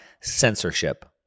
Censorship